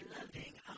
loving